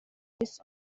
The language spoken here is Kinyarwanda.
miss